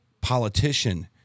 politician